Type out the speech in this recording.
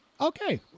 Okay